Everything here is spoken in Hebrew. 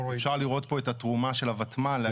אפשר לראות פה את התרומה של ה-ותמ"ל להגדלת ההיצע.